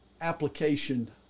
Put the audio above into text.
application